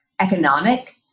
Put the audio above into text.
economic